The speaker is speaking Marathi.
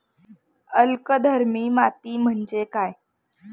अल्कधर्मी माती म्हणजे काय?